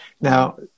Now